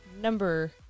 number